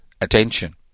attention